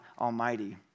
Almighty